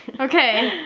okay.